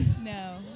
No